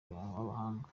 b’abahanga